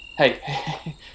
Hey